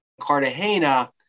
Cartagena